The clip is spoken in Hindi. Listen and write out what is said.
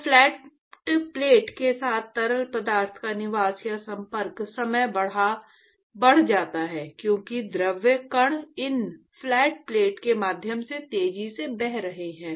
तो फ्लैट प्लेट के साथ तरल पदार्थ का निवास या संपर्क समय बढ़ जाता है क्योंकि द्रव कण इन फ्लैट प्लेट के माध्यम से तेजी से बह रहे हैं